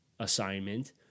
assignment